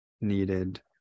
Needed